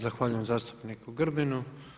Zahvaljujem zastupniku Grbinu.